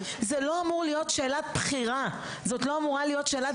זו לא אמורה להיות שאלה של בחירה או ברירה.